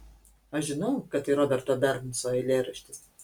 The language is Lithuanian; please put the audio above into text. aš žinau kad tai roberto bernso eilėraštis